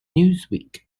newsweek